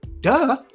Duh